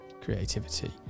creativity